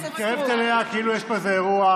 את מתקרבת אליה כאילו יש פה אירוע.